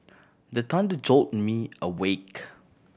the thunder jolt me awake